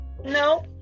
no